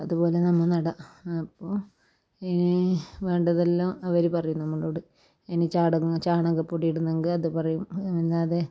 അതുപോലെ നമ്മൾ നട്ടാൽ അപ്പോൾ ഈ വേണ്ടതെല്ലാം അവർ പറയും നമ്മളോട് ഇനി ചാണകം ചാണകപ്പൊടി ഇടുന്നെങ്കിൽ അത് പറയും അല്ലാതെ